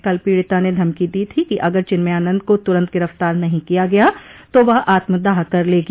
कल पीडिता ने धमकी दी थी कि अगर चिन्मयानंद को तुरंत गिरफ्तार नहीं किया गया तो वह आत्मदाह कर लेगी